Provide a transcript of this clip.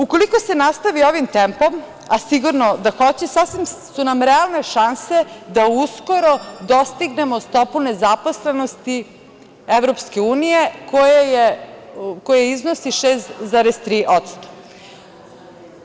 Ukoliko se nastavi ovim tempom, a sigurno da hoće, sasvim su nam realne šanse da uskoro dostignemo stopu nezaposlenosti EU, koja iznosi 6,3%